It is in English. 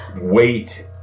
Wait